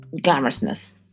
glamorousness